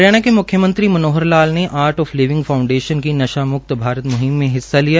हरियाणा के म्ख्यमंत्री मनोहर लाल ने आर्ट आफ लिविंग फाउडेंशन की नशा की मुक्ति भारत मुहिम में हिस्सा लिया